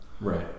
Right